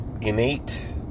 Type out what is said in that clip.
innate